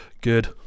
Good